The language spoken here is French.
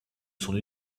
son